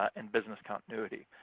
and business continuity.